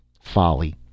Folly